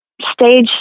stage